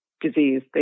disease